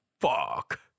fuck